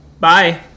Bye